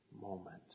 moment